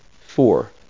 Four